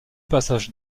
passage